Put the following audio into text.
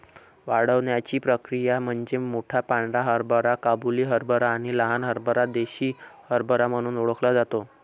वाढण्याची प्रक्रिया म्हणजे मोठा पांढरा हरभरा काबुली हरभरा आणि लहान हरभरा देसी हरभरा म्हणून ओळखला जातो